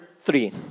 three